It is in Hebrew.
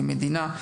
כמדינה,